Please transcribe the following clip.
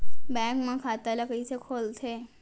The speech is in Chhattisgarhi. बैंक म खाता ल कइसे खोलथे?